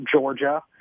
Georgia –